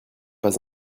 pas